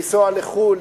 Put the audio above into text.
לנסוע לחו"ל,